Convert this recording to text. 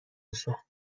میشه